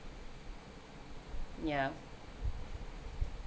ya